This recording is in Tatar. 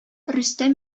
рөстәм